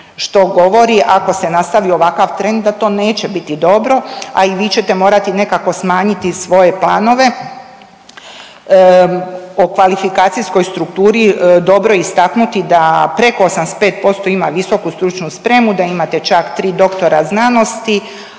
što govori ako se nastavi ovakav trend da to neće biti dobro, a i vi ćete morati nekako smanjiti svoje planove. O kvalifikacijskoj strukturi dobro je istaknuti da preko 85% ima visoku stručnu spremu, da imate čak 3 doktora znanosti,